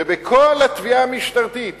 ובכל התביעה המשטרתית